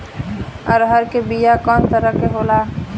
अरहर के बिया कौ तरह के होला?